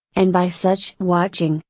and by such watching,